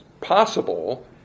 possible